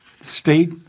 state